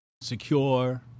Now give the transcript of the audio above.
secure